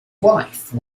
wife